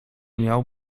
miał